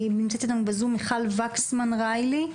מיכל וקסמן חילי,